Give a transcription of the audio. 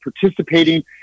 participating